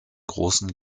großen